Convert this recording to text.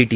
T